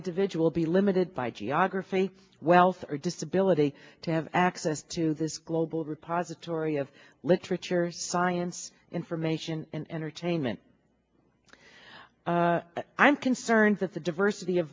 individual be limited by geography wealth or disability to have access to this global repository of literature science information and entertainment i'm concerned that the diversity of